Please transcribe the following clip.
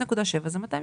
0.7 זה 200 שאיפות.